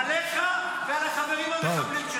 טרוריסטים.